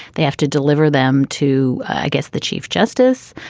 they have to deliver them, too. i guess the chief justice,